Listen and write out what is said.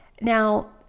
Now